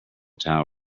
tower